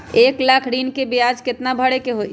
एक लाख ऋन के ब्याज केतना भरे के होई?